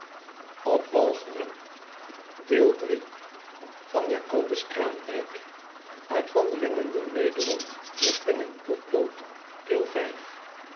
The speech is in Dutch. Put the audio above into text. jacobus craandijk wandelingen door nederland met pen en potlood